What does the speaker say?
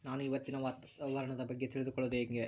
ನಾನು ಇವತ್ತಿನ ವಾತಾವರಣದ ಬಗ್ಗೆ ತಿಳಿದುಕೊಳ್ಳೋದು ಹೆಂಗೆ?